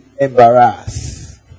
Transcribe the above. embarrass